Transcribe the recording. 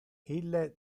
ille